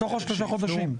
בתוך השלושה חודשים?